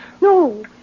No